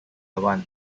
one